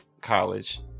college